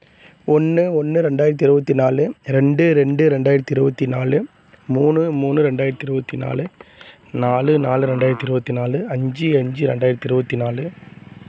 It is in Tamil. ஒன்று ஒன்று ரெண்டாயிரத்து இருபத்தி நாலு ரெண்டு ரெண்டு ரெண்டாயிரத்து இருபத்தி நாலு மூணு மூணு ரெண்டாயிரத்து இருபத்தி நாலு நாலு நாலு ரெண்டாயிரத்து இருபத்தி நாலு அஞ்சு அஞ்சு ரெண்டாயிரத்து இருபத்தி நாலு